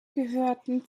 gehörten